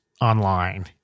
online